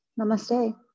Namaste